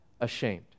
ashamed